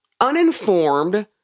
uninformed